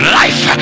life